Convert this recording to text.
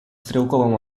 стрелковым